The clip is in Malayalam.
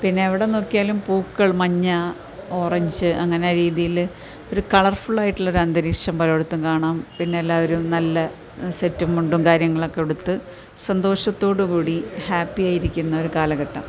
പിന്നെ എവിടെ നോക്കിയാലും പൂക്കൾ മഞ്ഞ ഓറഞ്ച് അങ്ങനെ രീതിയിൽ ഒരു കളർ ഫുൾ ആയിട്ടുള്ള ഒരന്തരീക്ഷം പലയിടത്തും കാണാം പിന്നെ എല്ലാവരും നല്ല സെറ്റും മുണ്ടും കാര്യങ്ങളൊക്കെ ഉടുത്ത് സന്തോഷത്തോടുകൂടി ഹാപ്പി ആയിരിക്കുന്ന ഒരു കാലഘട്ടം